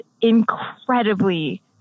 incredibly